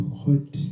hot